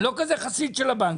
אני לא כל כך חסיד של הבנקים,